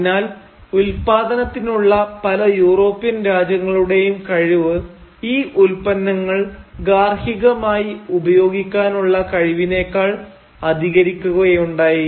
അതിനാൽ ഉത്പാദനത്തിനുള്ള പല യൂറോപ്യൻ രാജ്യങ്ങളുടെയും കഴിവ് ഈ ഉത്പന്നങ്ങൾ ഗാർഹികമായി ഉപയോഗിക്കാനുള്ള കഴിവിനേക്കാൾ അധികരിക്കുകയുണ്ടായി